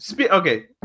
okay